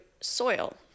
soil